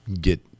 Get